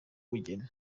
umugeni